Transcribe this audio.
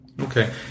Okay